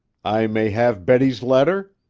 i may have betty's letter?